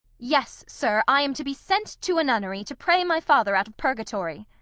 yes, sir, i am to be sent to a nunnery, to pray my father out of purgatory.